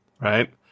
right